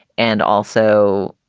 and also,